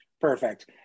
perfect